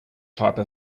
type